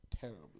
terribly